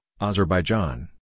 Azerbaijan